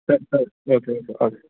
సరే సరే okay okay okay